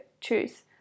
choose